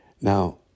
Now